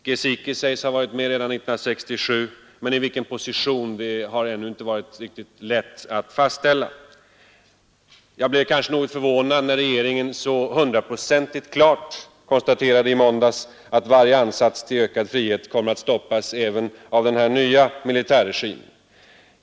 Gizikis sägs ha varit med redan 1967, men vilken position han då hade har hittills inte varit lätt att fastställa. Jag blev kanske något förvånad när regeringen i måndags så hundraprocentigt klart konstaterade att varje ansats till ökad frihet kommer att stoppas även av den nya militärregimen.